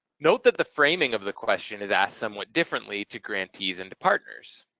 note that the framing of the question is asked somewhat differently to grantees and to partners.